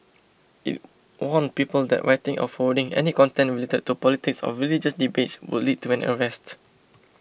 it warned people that writing or forwarding any content related to politics or religious debates would lead to an arrest